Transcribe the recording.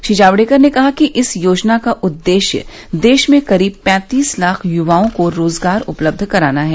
श्री जावड़ेकर ने कहा कि इस योजना का उद्देश्य देश में करीब पैंतीस लाख युवाओं को रोजगार उपलब्ध कराना है